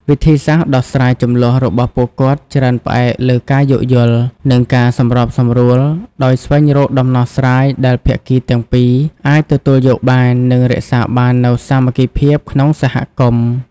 វិធីសាស្រ្តដោះស្រាយជម្លោះរបស់ពួកគាត់ច្រើនផ្អែកលើការយោគយល់ និងការសម្របសម្រួល ដោយស្វែងរកដំណោះស្រាយដែលភាគីទាំងពីរអាចទទួលយកបាន និងរក្សាបាននូវសាមគ្គីភាពក្នុងសហគមន៍។